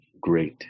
great